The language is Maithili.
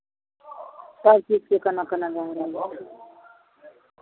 सभचीजके केना केना भए रहल